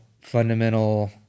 fundamental